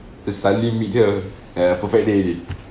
just suddenly meet her and a perfect day already